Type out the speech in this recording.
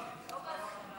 לא מסחרה.